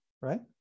right